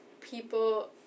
people